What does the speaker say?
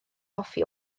hoffi